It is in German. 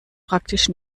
praktisch